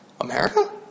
America